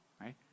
right